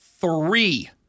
three